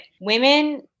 women